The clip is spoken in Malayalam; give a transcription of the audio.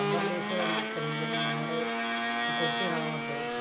അന്തർദേശീയ തലത്തിലും ഞങ്ങടെ കൊച്ചു ഗ്രാമത്തെ